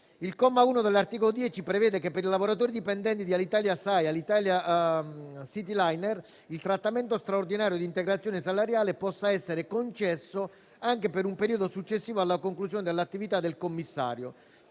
Il comma 1 dell'articolo 10 prevede che, per i lavoratori dipendenti di Alitalia Sai e Alitalia Cityliner, il trattamento straordinario di integrazione salariale possa essere concesso anche per un periodo successivo alla conclusione dell'attività del commissario,